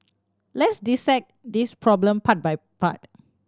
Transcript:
let's dissect this problem part by part